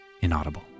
Inaudible